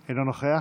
אינו נוכח,